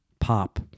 pop